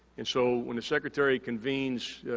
and so, when the secretary convenes,